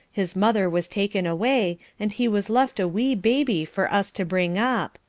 his mother was taken away, and he was left a wee baby for us to bring up.